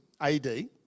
AD